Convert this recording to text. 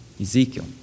Ezekiel